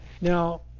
Now